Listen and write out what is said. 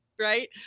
Right